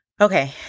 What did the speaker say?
okay